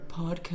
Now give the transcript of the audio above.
podcast